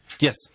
Yes